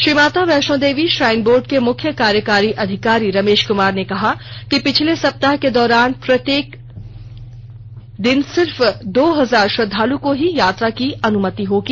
श्रीमाता Vaishno Devi shrine board के मुख्य कार्यकारी अधिकारी रमेश कुमार ने कहा कि पहले सप्तााह के दौरान प्रत्येक दिन सिर्फ दो हजार श्रद्वालुओं को ही यात्रा की अनुमति होगी